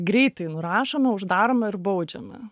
greitai nurašome uždarome ir baudžiame